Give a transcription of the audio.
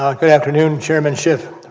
um good afternoon chairmanship,